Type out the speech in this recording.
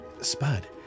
Spud